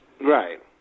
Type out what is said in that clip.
Right